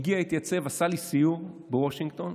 הגיע, התייצב, עשה לי סיור בוושינגטון,